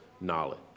knowledge